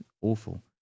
awful